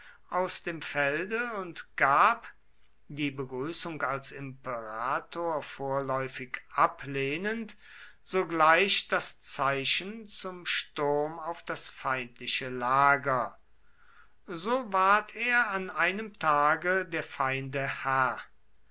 aus dem felde und gab die begrüßung als imperator vorläufig ablehnend sogleich das zeichen zum sturm auf das feindliche lager so ward er an einem tage der feinde herr